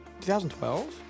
2012